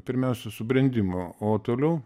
pirmiausia subrendimo o toliau